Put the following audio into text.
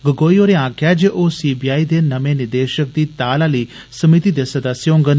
गोगोई होरें आक्खेआ जे ओ सी बी आई दे नमें निदेषक दी ताल आली समीति दे सदस्य होंगन